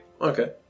Okay